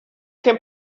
can